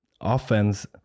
offense